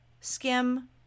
skim